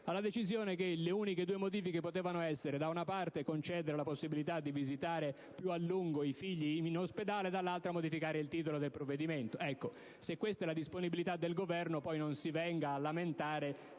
alla decisione che le modifiche potevano essere solo due: concedere la possibilità di visitare più a lungo i figli in ospedale e modificare il titolo del provvedimento. Se questa è la disponibilità del Governo, non ci si venga poi a lamentare